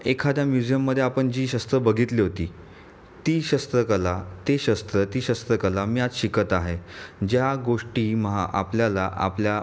एखाद्या म्युझियममध्ये आपण जी शस्त्र बघितली होती ती शस्त्रकला ती शस्त्र ती शस्त्रकला मी आज शिकत आहे ज्या गोष्टी महा आपल्याला आपल्या